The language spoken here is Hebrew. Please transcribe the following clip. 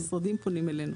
המשרדים פונים אלינו.